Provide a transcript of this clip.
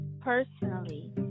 personally